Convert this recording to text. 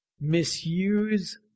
misuse